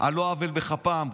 על לא עוול בכפם.